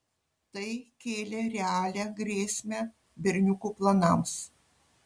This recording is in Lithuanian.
tai kėlė realią grėsmę berniukų planams